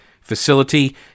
facility